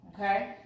Okay